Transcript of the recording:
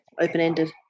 open-ended